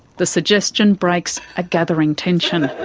the suggestion breaks a gathering tension. ah